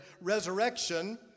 resurrection